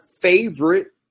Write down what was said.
favorite